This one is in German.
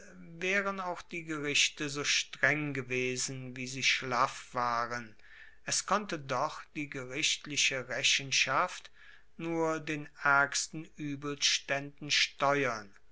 waeren auch die gerichte so streng gewesen wie sie schlaff waren es konnte doch die gerichtliche rechenschaft nur den aergsten uebelstaenden steuern